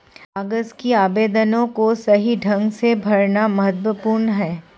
कागज के आवेदनों को सही ढंग से भरना महत्वपूर्ण है